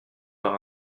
par